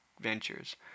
Ventures